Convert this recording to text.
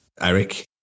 Eric